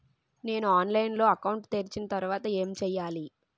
నేను ఆన్లైన్ లో అకౌంట్ తెరిచిన తర్వాత ఏం చేయాలి?